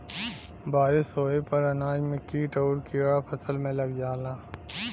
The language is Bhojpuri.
बारिस होये पर अनाज में कीट आउर कीड़ा फसल में लग जाला